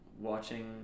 watching